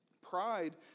Pride